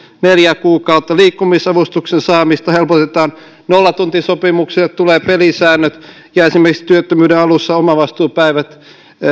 neljä kuukautta liikkumisavustuksen saamista helpotetaan nollatuntisopimuksille tulee pelisäännöt ja esimerkiksi työttömyyden alussa omavastuupäivät